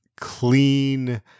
clean